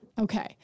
Okay